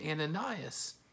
Ananias